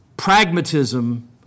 pragmatism